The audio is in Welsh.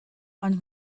ond